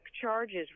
charges